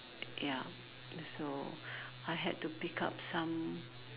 ya so I had to pick up some